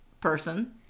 person